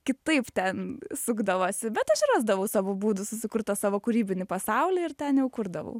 kitaip ten sukdavosi bet aš rasdavau savo būdu susikurt tą savo kūrybinį pasaulį ir ten jau kurdavau